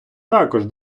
також